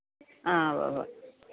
ആ ഉവ്വ് ഉവ്വ